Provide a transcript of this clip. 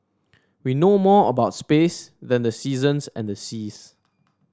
we know more about space than the seasons and the seas